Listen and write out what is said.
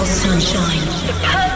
Sunshine